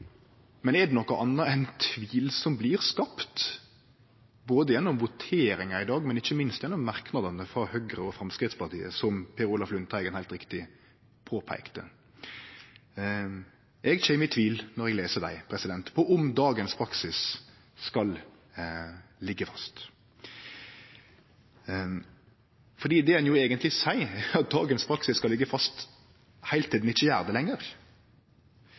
Men er det noko anna enn tvil som blir skapt, ikkje berre gjennom voteringa i dag, men ikkje minst gjennom merknadene frå Høgre og Framstegspartiet, som representanten Per Olaf Lundteigen heilt riktig påpeikte? Eg kjem i tvil når eg les dei, om dagens praksis skal liggje fast. Det ein eigentleg seier, er at dagens praksis skal liggje fast, heilt til han ikkje gjer det lenger.